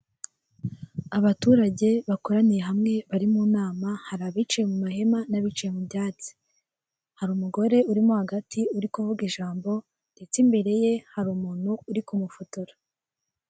Abaturage bakoraniye hamwe, bari mu nama, hari abicaye mu mahema n'abicaye mu byatsi. Hari umugore urimo hagati, uri kuvuga ijambo, ndetse imbere ye hari umuntu uri kumufotora.